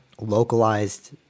localized